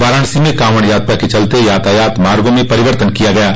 वाराणसी में कांवड़ यात्रा के चलते यातायात मार्गो में परिवर्तन किया गया है